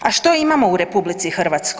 A što imamo u RH?